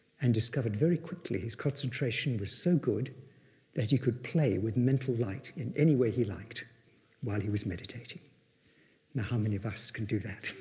and discovered very quickly his concentration was so good that he could play with mental light in any way he liked while he was meditating. now how many of us can do that?